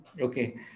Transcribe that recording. Okay